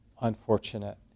unfortunate